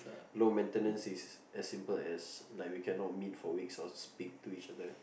low maintenance is as simple as like we can not meet for weeks or speak to each other